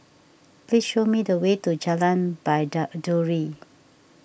please show me the way to Jalan Baiduri